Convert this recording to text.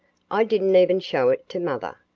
i didn't even show it to mother.